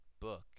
book